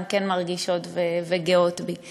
הן כן מרגישות וגאות בי.